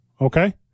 Okay